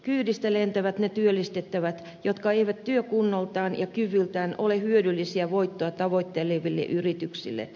kyydistä lentävät ne työllistettävät jotka eivät työkunnoltaan ja kyvyltään ole hyödyllisiä voittoa tavoitteleville yrityksille